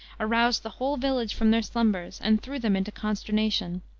aroused the whole village from their slumbers, and threw them into consternation.